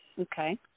Okay